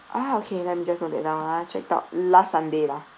ah okay let me just note that down ah checked out last sunday lah